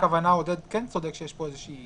עודד אופק כן צודק שיש כאן איזושהי